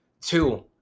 Two